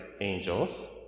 angels